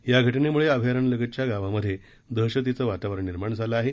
या घ उत्तेमुळे अभयारण्यालगतच्या गावामध्ये दहशतीचे वातावरण निर्माण झालं आहे